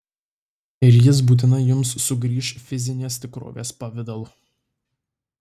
ir jis būtinai jums sugrįš fizinės tikrovės pavidalu